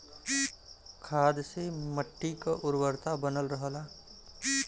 खाद से मट्टी क उर्वरता बनल रहला